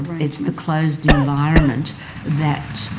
it's the closed environment that